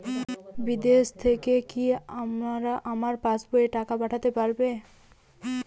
বিদেশ থেকে কি আমার পাশবইয়ে টাকা পাঠাতে পারবে?